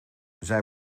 zij